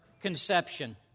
conception